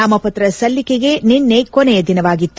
ನಾಮಪತ್ರ ಸಲ್ಲಿಕೆಗೆ ನಿನ್ನೆ ಕೊನೆಯ ದಿನವಾಗಿತ್ತು